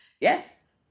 yes